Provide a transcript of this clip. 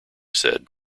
said